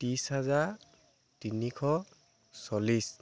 ত্ৰিছ হাজাৰ তিনিশ চল্লিছ